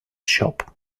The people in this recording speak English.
shop